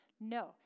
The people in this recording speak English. No